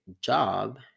job